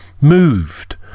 moved